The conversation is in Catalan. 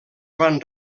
van